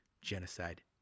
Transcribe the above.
Genocide